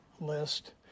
list